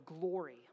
glory